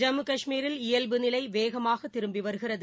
ஜம்மு கஷ்மீரில் இயல்பு நிலை வேகமாக திரும்பி வருகிறது